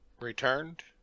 returned